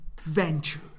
Venture